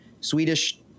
Swedish